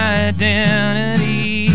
identity